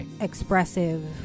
expressive